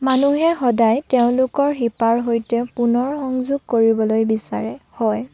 মানুহে সদায় তেওঁলোকৰ শিপাৰ সৈতে পুনৰ সংযোগ কৰিবলৈ বিচাৰে হয়